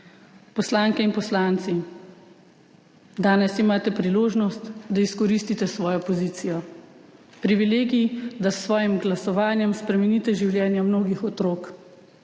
Poslanke in poslanci, danes imate priložnost, da izkoristite svojo pozicijo, privilegij, da s svojim glasovanjem spremenite življenja mnogih otrok,